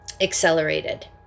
accelerated